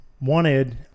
wanted